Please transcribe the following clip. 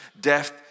Death